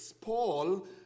Paul